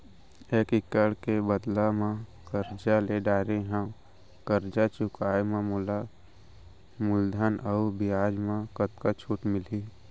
एक एक्कड़ के बदला म करजा ले डारे हव, करजा चुकाए म मोला मूलधन अऊ बियाज म कतका छूट मिलही?